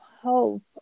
hope